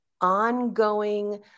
ongoing